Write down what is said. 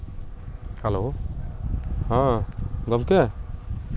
hello ᱦᱮᱸ ᱜᱚᱝᱠᱮ